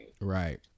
Right